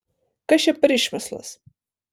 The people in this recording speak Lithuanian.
kas čia per išmislas